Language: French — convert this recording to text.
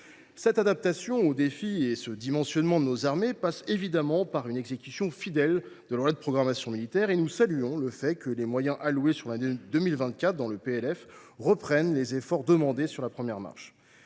L’adaptation aux défis et le dimensionnement de nos armées passent évidemment par une exécution fidèle de la loi de programmation militaire. Nous saluons le fait que les moyens alloués pour l’année 2024 dans ce PLF reprennent les efforts que nous avons demandé